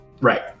Right